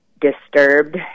disturbed